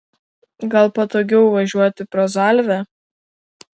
gal patogiau važiuoti pro zalvę